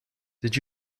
did